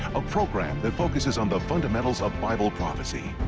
a program that focuses on the fundamentals of bible prophecy,